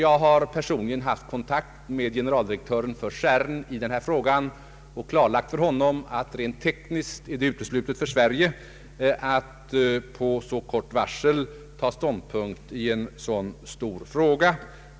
Jag har personligen haft kontakt med generaldirektören för CERN i den här frågan och klargjort för honom att det tekniskt är uteslutet för Sverige att med så kort varsel ta ståndpunkt i en så stor fråga.